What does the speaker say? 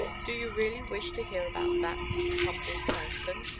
do you really wish to hear about that humble person?